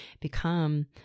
become